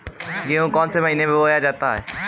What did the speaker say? गेहूँ कौन से महीने में बोया जाता है?